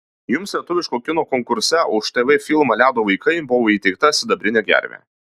jums lietuviško kino konkurse už tv filmą ledo vaikai buvo įteikta sidabrinė gervė